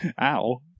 Ow